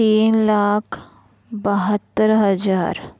तीन लाख बहात्तर हजार